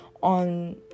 on